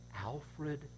Alfred